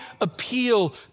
appeal